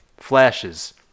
Flashes